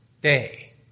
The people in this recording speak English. day